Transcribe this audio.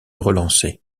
relancer